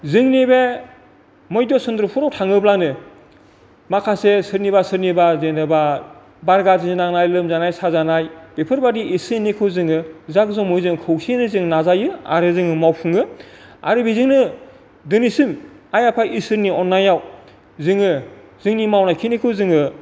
जोंनि बे मैध' चन्द्रफुराव थाङोब्लानो माखासे सोरनिबा सोरनिबा जेनेबा बार गारज्रि नांनाय लोमजानाय साजानाय बेफोरबायदि एसे एनैखौ जोङो जाग जमगै खौसेयै जों नाजायो आरो जोङो मावफुङो आरो बेजोंनो दिनैसिम आइ आफा इसोरनि अननायाव जोङो जोंनि मावनाय खिनिखौ जोङो